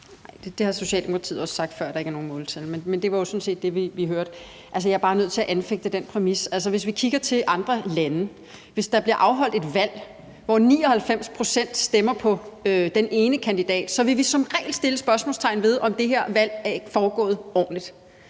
Det har Socialdemokratiet også sagt før, altså at der ikke er nogen måltal, men det var jo sådan set det, vi hørte, og jeg er bare nødt til at anfægte den præmis. Hvis vi kigger til andre lande og der bliver afholdt et valg i et land, hvor 99 pct. stemmer på den ene kandidat, så vil vi som regel sætte spørgsmålstegn ved, om det valg er foregået ordentligt.